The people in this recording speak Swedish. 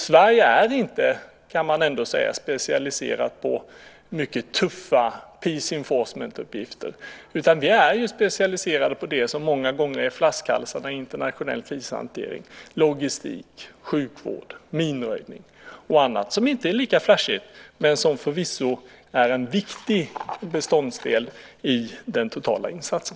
Sverige är inte specialiserat på mycket tuffa peace enforcement uppgifter, utan vi är specialiserade på det som många gånger är flaskhalsarna i internationell krishantering, logistik, sjukvård, minröjning och annat, som inte är lika flashigt men som förvisso är en viktig beståndsdel i den totala insatsen.